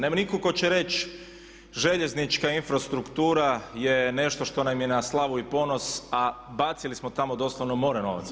Nema nitko tko će reći željeznička infrastruktura je nešto što nam je na slavu i ponos, a bacili smo tamo doslovno more novaca.